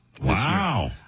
Wow